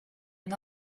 and